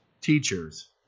teachers